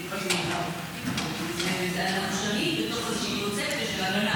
אנחנו שנים בתוך איזושהי קונספציה של הגנה.